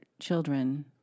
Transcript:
children